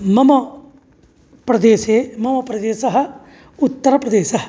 मम प्रदेसे मम प्रदेशः उत्तरप्रदेशः